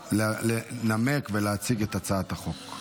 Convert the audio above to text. לנמק ולהציג את הצעת החוק.